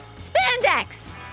Spandex